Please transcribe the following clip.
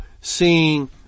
seeing